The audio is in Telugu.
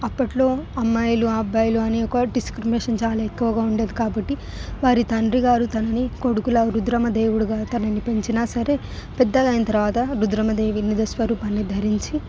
అప్పట్లో అమ్మాయిలు అబ్బాయిలు అనే ఒక డిస్క్రిమినేషన్ చాలా ఎక్కువ గా ఉండేది కాబట్టి వారి తండ్రి గారు తనని కొడుకులాగా రుద్రమ దేవుడిగా తనని పెంచినా సరే పెద్దగయిన తర్వాత రుద్రమదేవి నిజ స్వరూపాన్ని ధరించి